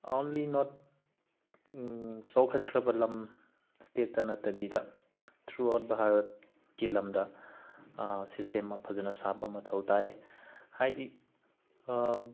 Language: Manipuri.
ꯑꯣꯡꯂꯤ ꯅꯣꯠ ꯆꯥꯎꯈꯠꯈ꯭ꯔꯕ ꯂꯝ ꯏꯁꯇꯦꯠꯇ ꯅꯠꯇꯕꯤꯗ ꯊ꯭ꯔꯨ ꯑꯥꯎꯠ ꯚꯥꯔꯠꯀꯤ ꯂꯝꯗ ꯁꯤꯁꯇꯦꯝ ꯑꯃ ꯐꯖꯅ ꯁꯥꯕ ꯃꯊꯧ ꯇꯥꯏ ꯍꯥꯏꯗꯤ